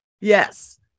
yes